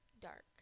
dark